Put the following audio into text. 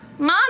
Mom